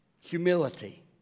humility